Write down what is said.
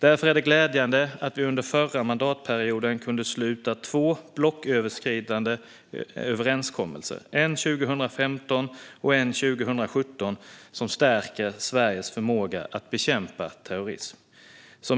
Därför är det glädjande att vi under den förra mandatperioden kunde sluta två blocköverskridande överenskommelser, en 2015 och en 2017, som stärker Sveriges förmåga att bekämpa terrorism.